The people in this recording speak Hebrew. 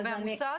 המוסד?